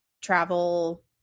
travel